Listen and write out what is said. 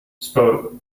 spoke